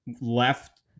left